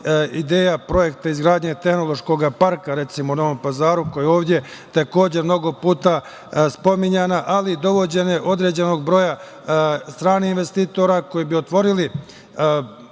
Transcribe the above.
ideja projekta izgradnje Tehnološkog parka u Novom Pazaru koji je ovde mnogo puta spominjana, ali i dovođenje određenog broja stranih investitora koji bi otvorili